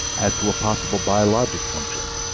as to a possible biological function